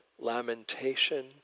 lamentation